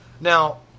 Now